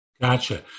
Gotcha